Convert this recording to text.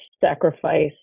sacrifice